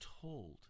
told